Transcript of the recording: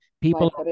People